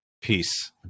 Peace